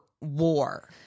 war